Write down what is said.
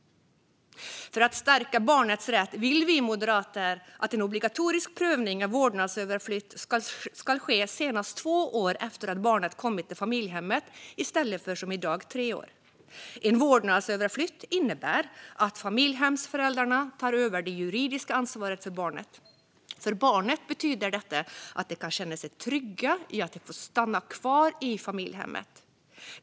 För att stärka barnets rätt vill vi moderater att en obligatorisk prövning av vårdnadsöverflyttning ska ske senast två år efter att barnet kommit till familjehemmet i stället för som i dag tre år. En vårdnadsöverflyttning innebär att familjehemsföräldrarna tar över det juridiska ansvaret för barnet. För barnet betyder detta att de kan känna sig trygga i att de får stanna kvar i familjehemmet.